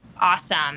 Awesome